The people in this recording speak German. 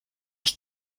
ich